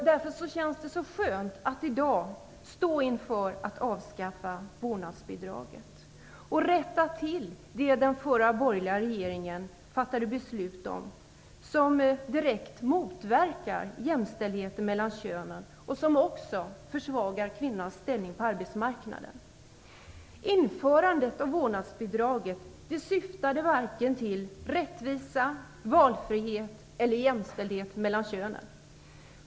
Därför känns det skönt att i dag stå inför att avskaffa vårdnadsbidraget och rätta till det som den förra borgerliga regeringen fattade beslut om och som direkt motverkade jämställdheten mellan könen och som också försvagade kvinnans ställning på arbetsmarknaden. Införandet av vårdnadsbidraget syftade varken till rättvisa, valfrihet eller jämställdhet mellan könen.